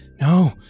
no